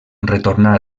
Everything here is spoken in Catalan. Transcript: retornà